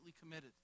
committed